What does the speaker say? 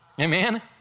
Amen